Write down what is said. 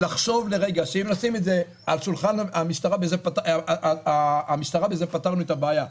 לחשוב לרגע שאם נשים את זה על שולחן המשטרה בזה פתרנו את הבעיה.